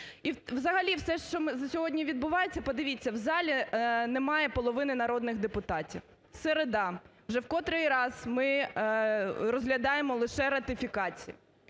І взагалі все, що сьогодні відбувається, подивіться, в залі немає половини народних депутатів. Середа, вже в котрий раз ми розглядаємо лише ратифікації.